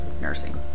Nursing